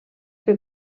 que